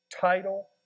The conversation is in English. title